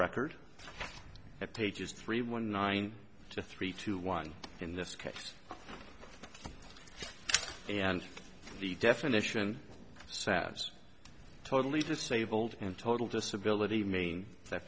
record at pages three one nine to three to one in this case and for the definition of sas totally disabled and total disability main that